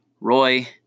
Roy